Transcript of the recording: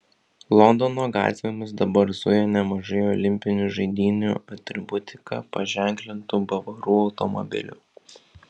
londono gatvėmis dabar zuja nemažai olimpinių žaidynių atributika paženklintų bavarų automobilių